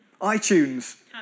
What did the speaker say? iTunes